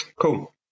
Cool